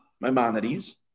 Maimonides